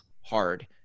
hard